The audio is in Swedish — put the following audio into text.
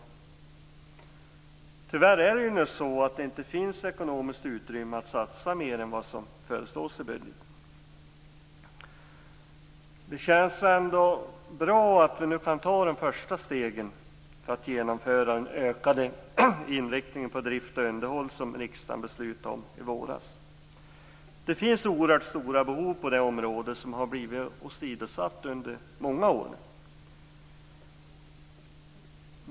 Men tyvärr finns inte ekonomiskt utrymme för att satsa mer än vad som föreslås i budgeten. Det känns ändå bra att vi nu kan ta de första stegen för att genomföra den ökade inriktningen på drift och underhåll som riksdagen beslutade om i våras. Det finns oerhört stora behov på det området som har blivit åsidosatta under många år.